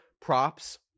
props